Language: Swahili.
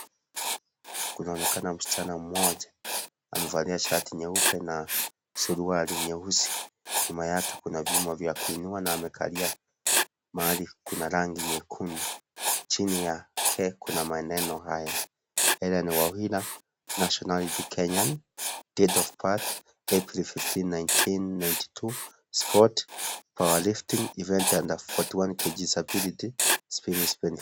Kunaonekana msichana mmoja amevalia shati nyeupe na suruali nyeusi, nyuma yake kuna vyuma vya kuinua na amekalia mahali kuna rangi nyekundu, chini yake kuna maneno haya Hellen Wawira Nationality Kenyan, date of birth April fifteen nineteen ninety two sport power lifting event under forty one kg disability spine .